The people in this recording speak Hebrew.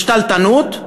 יותר שתלטנות,